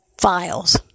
files